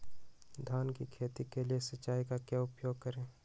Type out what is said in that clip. धान की खेती के लिए सिंचाई का क्या उपयोग करें?